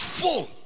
full